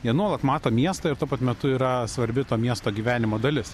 jie nuolat mato miestą ir tuo pat metu yra svarbi to miesto gyvenimo dalis